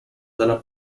dalla